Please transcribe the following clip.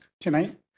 tonight